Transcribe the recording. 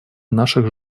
наших